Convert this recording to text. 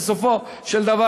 בסופו של דבר,